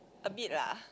a bit lah